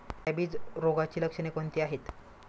Rabies रोगाची लक्षणे कोणती आहेत?